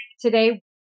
today